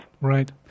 Right